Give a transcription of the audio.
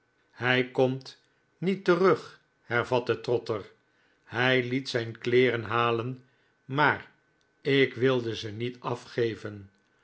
hij komt niet terug hervatte trotter hij liet zijn kleeren halen maar ik wilde ze niet afgeven